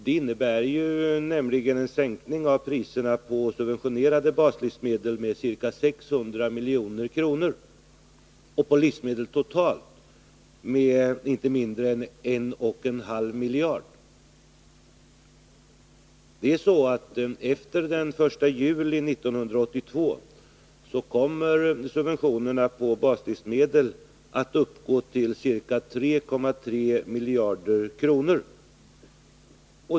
Det innebär nämligen en sänkning av priserna på subventionerade baslivsmedel med ca 600 milj.kr. och av priserna på livsmedel totalt med inte mindre än 1,5 miljarder. Efter den 1 januari 1982 kommer subventionerna på baslivsmedel att uppgå till ca 3.3 miljarder kronor.